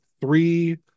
three